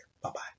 Bye-bye